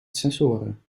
sensoren